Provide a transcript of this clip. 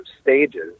stages